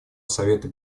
совета